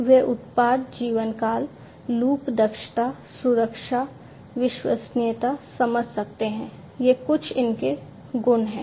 वे उत्पाद जीवनकाल लूप दक्षता सुरक्षा विश्वसनीयता समझ सकते हैं ये इनके कुछ गुण हैं